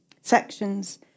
sections